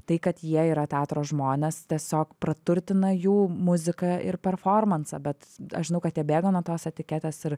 tai kad jie yra teatro žmonės tiesiog praturtina jų muziką ir performansą bet aš žinau kad jie bėga nuo tos etiketės ir